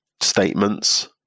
statements